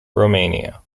romania